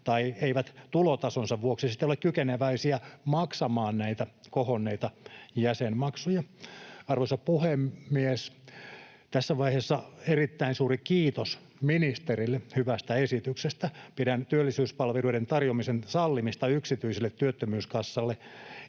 tai eivät tulotasonsa vuoksi sitten ole kykeneväisiä maksamaan näitä kohonneita jäsenmaksuja. Arvoisa puhemies! Tässä vaiheessa erittäin suuri kiitos ministerille hyvästä esityksestä. Pidän työllisyyspalveluiden tarjoamisen sallimista yksityisille työttömyyskassoille